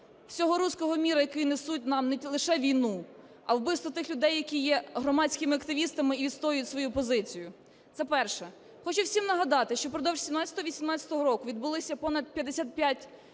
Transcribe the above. всього "руського мира", який несуть нам не лише війну, а вбивства тих людей, які є громадськими активістами і відстоюють свою позицію. Це перше. Хочу всім нагадати, що впродовж 2017-2018 років відбулося понад 55 випадків